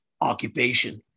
occupation